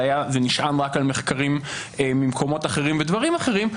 זה נשען רק על מחקרים ממקומות אחרים ודברים אחרים,